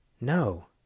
No